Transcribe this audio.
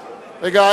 רגע,